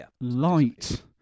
light